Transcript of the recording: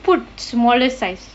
put smaller size